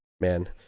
man